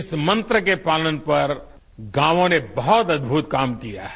इस मंत्र के पालन पर गांवों ने बहुत अदभुत काम किया है